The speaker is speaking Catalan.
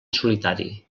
solitari